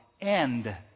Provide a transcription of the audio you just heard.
end